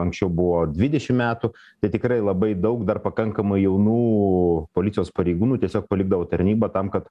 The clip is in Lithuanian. anksčiau buvo dvidešim metų bet tikrai labai daug dar pakankamai jaunų policijos pareigūnų tiesiog palikdavo tarnybą tam kad